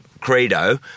credo